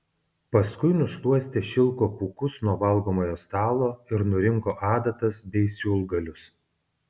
paskui nušluostė šilko pūkus nuo valgomojo stalo ir nurinko adatas bei siūlgalius